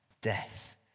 Death